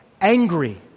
angry